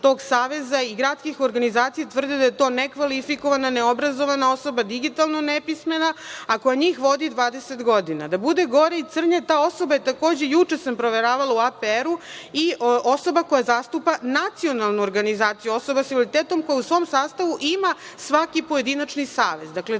i gradskih organizacija tvrde da je to nekvalifikovana, neobrazovana osoba, digitalno nepismena, a koja njih vodi 20 godina. Da bude gore i crnje, ta osoba je takođe, juče sam proveravala u APR-u, i osoba koja zastupa nacionalnu organizaciju osoba sa invaliditetom koja u svom sastavu ima svaki pojedinačni savez.